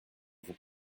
vous